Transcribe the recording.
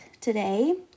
today